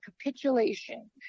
capitulation